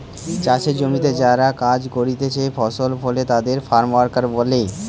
চাষের জমিতে যারা কাজ করতিছে ফসল ফলে তাদের ফার্ম ওয়ার্কার বলে